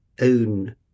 own